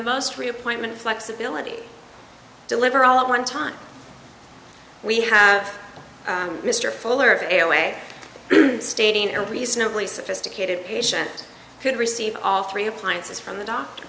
most reappointment flexibility deliver all at one time we have mr fuller airway stating a reasonably sophisticated patient could receive all three appliances from the doctor